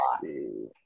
see